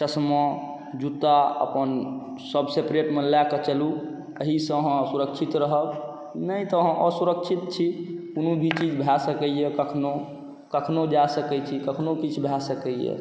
चश्मा जूता अपन सभ सेपरटेमे लए कऽ चलू एहीसँ अहाँ सुरक्षित रहब नहि तऽ अहाँ असुरक्षित छी कोनो भी चीज भए सकैए कखनो कखनो जा सकैत छी कखनो किछु भए सकैए